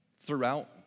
throughout